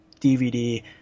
DVD